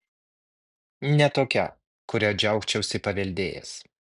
ne tokia kurią džiaugčiausi paveldėjęs